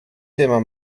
tema